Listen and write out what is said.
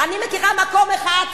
לא אכפת להם מכל החוקים של ציד מכשפות,